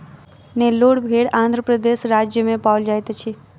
नेल्लोर भेड़ आंध्र प्रदेश राज्य में पाओल जाइत अछि